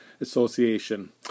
Association